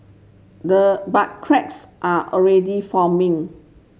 the but cracks are already forming